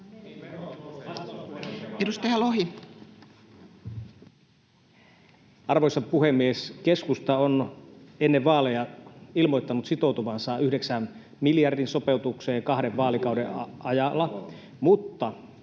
Arvoisa puhemies! Keskusta on ennen vaaleja ilmoittanut sitoutuvansa yhdeksän miljardin sopeutukseen kahden vaalikauden ajalla, mutta